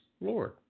Lord